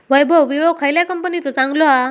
वैभव विळो खयल्या कंपनीचो चांगलो हा?